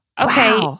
Okay